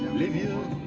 live in